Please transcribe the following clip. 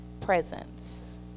presence